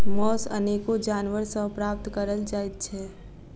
मौस अनेको जानवर सॅ प्राप्त करल जाइत छै